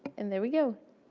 and there we go.